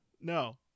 No